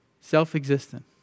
Self-existent